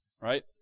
right